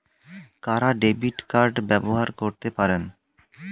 কারা debit card ব্যবহার করতে পারেন?